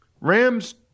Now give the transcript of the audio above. Rams